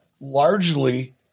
largely